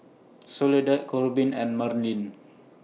Soledad Korbin and Marlin